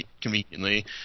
conveniently